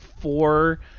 four